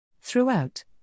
Throughout